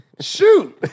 Shoot